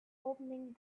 opening